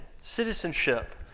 citizenship